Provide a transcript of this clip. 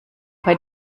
bei